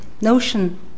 notion